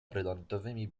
brylantowymi